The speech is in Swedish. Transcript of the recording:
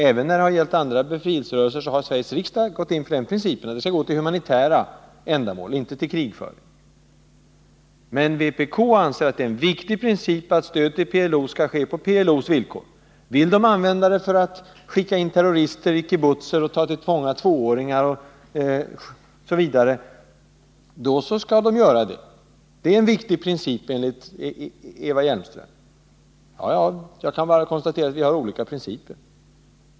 Även när det har gällt andra befrielserörelser har Sveriges riksdag gått in för principen att pengarna skall gå till humanitära ändamål och inte till krigföring. Men vpk anser att det är en viktig princip att stöd till PLO skall ges på PLO:s villkor. Vill man använda pengarna för att skicka in terrorister i kibbutzer och ta till fånga tvååringar, så skall man få göra det. Det är en viktig princip enligt Eva Hjelmström. Jag kan då bara konstatera att vi har olika principer.